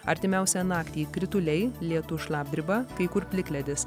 artimiausią naktį krituliai lietus šlapdriba kai kur plikledis